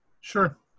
Sure